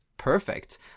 Perfect